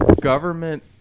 Government